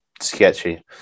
sketchy